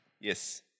Yes